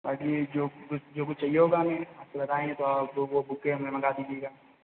पढ़ने में जो कुछ जो कुछ चाहिए होगा हमें आपको बताएंगे तो आप तो वह बुकें हमें मंगा दीजिएगा